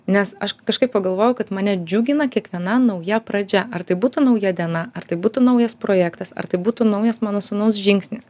nes aš kažkaip pagalvojau kad mane džiugina kiekviena nauja pradžia ar tai būtų nauja diena ar tai būtų naujas projektas ar tai būtų naujas mano sūnaus žingsnis